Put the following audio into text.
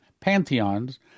pantheons